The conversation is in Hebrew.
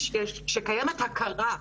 שקיימת הכרה באחריות,